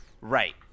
Right